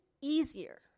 easier